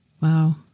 Wow